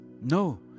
No